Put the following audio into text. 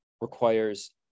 requires